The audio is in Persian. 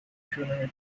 نمیتونم